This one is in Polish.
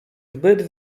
zbyt